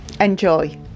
Enjoy